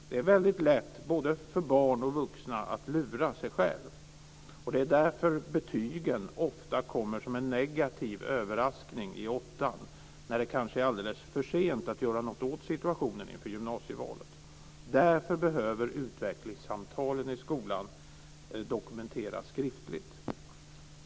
Det är väldigt lätt, både för barn och vuxna, att lura sig själv. Det är därför betygen ofta kommer som en negativ överraskning i åttan, när det kanske är alldeles för sent att göra något åt situationen inför gymnasievalet. Därför behöver utvecklingssamtalen i skolan dokumenteras skriftligt.